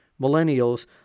millennials—